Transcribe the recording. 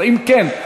אם כן,